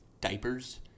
diapers